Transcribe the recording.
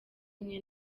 umwe